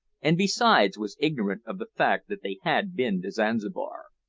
and besides, was ignorant of the fact that they had been to zanzibar.